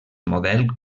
model